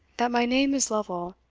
that my name is lovel,